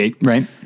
right